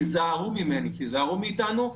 היזהרו מאתנו,